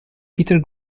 peter